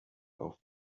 auch